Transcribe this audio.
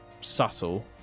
subtle